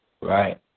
right